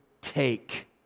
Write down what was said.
take